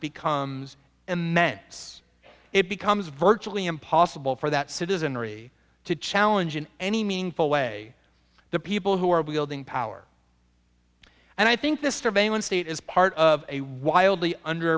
becomes immense it becomes virtually impossible for that citizenry to challenge in any meaningful way the people who are wielding power and i think the surveillance state is part of a wildly under